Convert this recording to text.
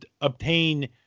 obtain